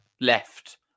left